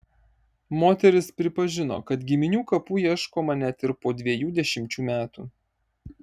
moteris pripažino kad giminių kapų ieškoma net ir po dviejų dešimčių metų